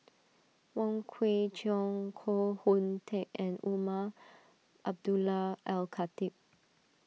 Wong Kwei Cheong Koh Hoon Teck and Umar Abdullah Al Khatib